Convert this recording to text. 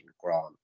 Grant